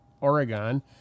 Oregon